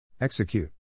execute